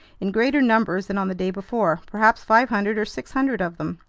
in greater numbers than on the day before, perhaps five hundred or six hundred of them.